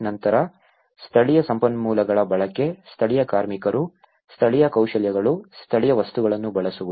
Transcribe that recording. ನಂತರ ಸ್ಥಳೀಯ ಸಂಪನ್ಮೂಲಗಳ ಬಳಕೆ ಸ್ಥಳೀಯ ಕಾರ್ಮಿಕರು ಸ್ಥಳೀಯ ಕೌಶಲ್ಯಗಳು ಸ್ಥಳೀಯ ವಸ್ತುಗಳನ್ನು ಬಳಸುವುದು